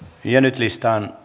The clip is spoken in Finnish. ja nyt listaan